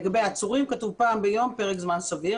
לגבי העצורים כתוב פעם ביום לפרק זמן סביר.